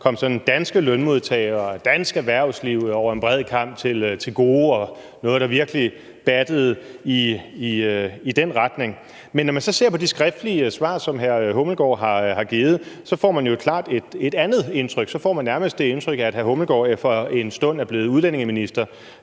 som sådan kom danske lønmodtagere og dansk erhvervsliv over en bred kam til gode, og noget, der virkelig battede i den retning. Når man så ser på de skriftlige svar, som hr. Peter Hummelgaard har givet, får man jo klart et andet indtryk. Så får man nærmest det indtryk, at hr. Peter Hummelgaard for en stund er blevet udlændingeminister,